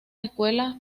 escuelas